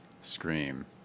Scream